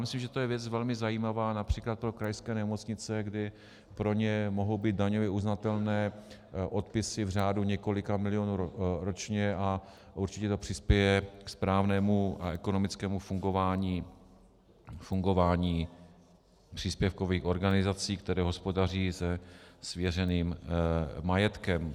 Myslím, že to je věc velmi zajímavá například pro krajské nemocnice, kdy pro ně mohou být daňově uznatelné odpisy v řádu několika milionů ročně, a určitě to přispěje ke správnému a ekonomickému fungování příspěvkových organizací, které hospodaří se svěřeným majetkem.